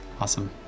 Awesome